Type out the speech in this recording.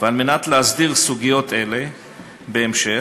ועל מנת להסדיר סוגיות אלה בהמשך,